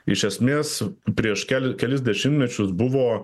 iš esmės prieš kel kelis dešimtmečius buvo